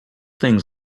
things